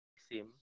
sim